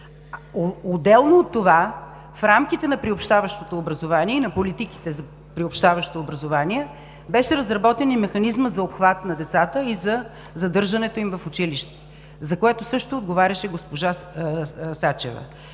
Отделно от това, в рамките на приобщаващото образование и на политиките за приобщаващо образование беше разработен и механизмът за обхват на децата и за задържането им в училище, за което също отговаряше госпожа Сачева.